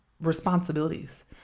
responsibilities